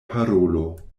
parolo